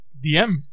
DM